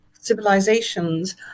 civilizations